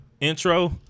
intro